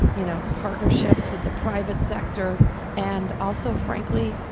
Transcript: you know, partnerships with the private sector and also, frankly,